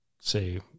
say